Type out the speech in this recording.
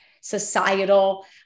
societal